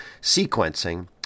sequencing